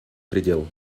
предел